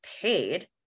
paid